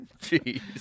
Jeez